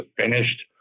finished